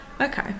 Okay